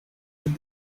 with